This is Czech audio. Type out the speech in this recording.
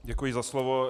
Děkuji za slovo.